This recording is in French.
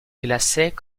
glaçait